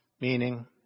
meaning